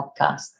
podcast